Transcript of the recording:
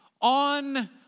on